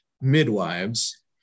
midwives